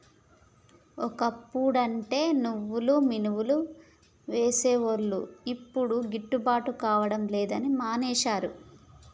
ఓ అప్పుడంటే నువ్వులు మినపసేలు వేసేటోళ్లు యిప్పుడు గిట్టుబాటు కాడం లేదని మానేశారు